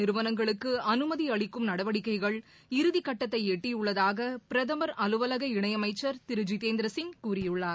நிறுவனங்களுக்கு அமைதி நடவடிக்கைகள் தனியார் அளிக்கும் இறுதிகட்டத்தை எட்டியுள்ளதாக பிரதமர் அலுவலக இணையமைச்சர் திரு ஜிதேந்திர சிங் கூறியுள்ளார்